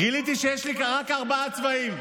גיליתי שיש רק ארבעה צבעים.